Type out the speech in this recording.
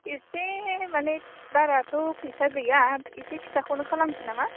इसे माने बाराथ' फैसा गैया इसे फिसाखौनो खालामसै नामा